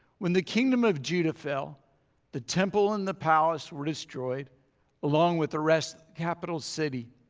when the kingdom of judah fell the temple and the palace were destroyed along with the rest capital city.